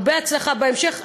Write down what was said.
הרבה הצלחה בהמשך.